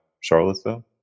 charlottesville